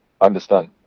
understand